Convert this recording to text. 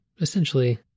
essentially